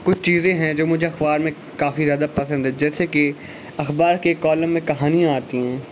کچھ چیزیں ہیں جو مجھے اخبار میں کافی زیادہ پسند ہیں جیسے کہ اخبار کے کالم میں کہانیاں آتی ہیں